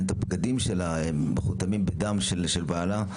את הבגדים שלה מוכתמים בדם של בעלה.